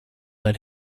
let